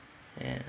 ya